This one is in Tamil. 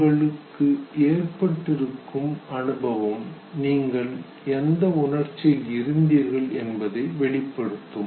உங்களுக்கு ஏற்பட்டுள்ள அனுபவம் நீங்கள் எந்த உணர்ச்சியில் இருந்தீர்கள் என்பதை வெளிப்படுத்தும்